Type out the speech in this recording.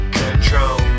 control